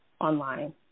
online